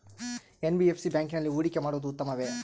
NBFC ಬ್ಯಾಂಕಿನಲ್ಲಿ ಹೂಡಿಕೆ ಮಾಡುವುದು ಉತ್ತಮವೆ?